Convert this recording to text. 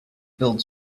build